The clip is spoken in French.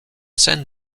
scène